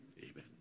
Amen